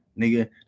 nigga